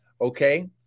okay